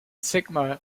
sigma